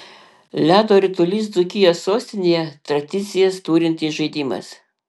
ledo ritulys dzūkijos sostinėje tradicijas turintis žaidimas